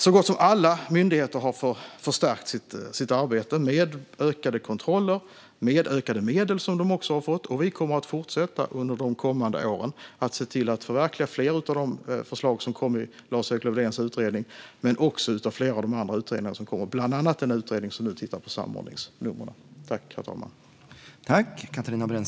Så gott som alla myndigheter har förstärkt sitt arbete med ökade kontroller, med hjälp av de ökade medel de har fått. Vi ska under de kommande åren se till att förverkliga fler av de förslag som kom i Lars-Erik Lövdéns utredning, liksom förslagen från flera av de andra utredningar som kommer - bland annat den utredning som nu tittar på samordningsnumren.